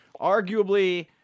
Arguably